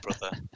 brother